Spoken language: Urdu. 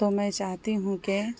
تو میں چاہتی ہوں کہ